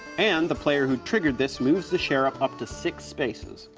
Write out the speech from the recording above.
and the player who triggered this moves the sheriff up to six spaces.